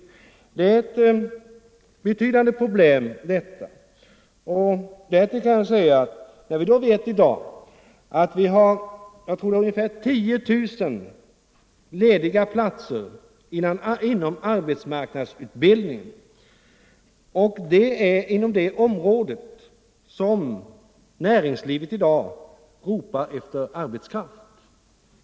Detta är ett betydande problem. Vi har i dag ungefär 10 000 lediga platser inom arbetsmarknadsutbildningen — och detta inom det område av näringslivet som i dag ropar efter arbetskraft.